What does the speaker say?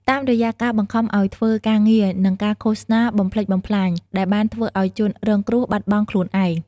តាមរយៈការបង្ខំឲ្យធ្វើការងារ និងការឃោសនាបំផ្លិចបំផ្លាញ ដែលបានធ្វើឲ្យជនរងគ្រោះបាត់បង់ខ្លួនឯង។